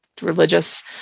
Religious